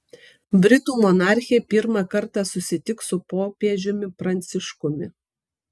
britų monarchė pirmą kartą susitiks su popiežiumi pranciškumi